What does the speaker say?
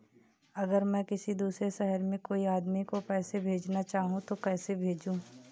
अगर मैं किसी दूसरे शहर में कोई आदमी को पैसे भेजना चाहूँ तो कैसे भेजूँ?